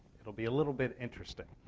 it'll be a little bit interesting.